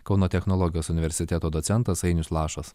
kauno technologijos universiteto docentas ainius lašas